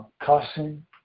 cussing